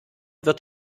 wird